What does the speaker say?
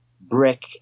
brick